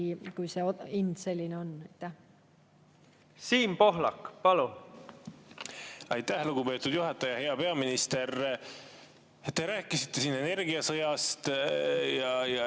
kui hind selline on. Siim Pohlak, palun! Aitäh, lugupeetud juhataja! Hea peaminister! Te rääkisite siin energiasõjast ja